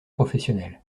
professionnels